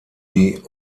die